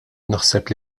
naħseb